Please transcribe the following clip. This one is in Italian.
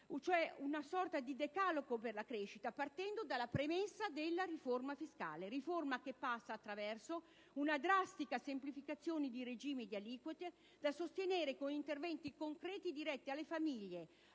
cioè una sorta di decalogo per la crescita, partendo dalla premessa della riforma fiscale; riforma che passa attraverso una drastica semplificazione di regimi e di aliquote da sostenere con interventi concreti diretti alle famiglie,